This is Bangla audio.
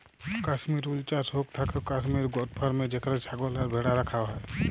কাশ্মির উল চাস হৌক থাকেক কাশ্মির গোট ফার্মে যেখানে ছাগল আর ভ্যাড়া রাখা হয়